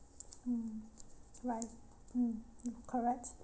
mm right mm correct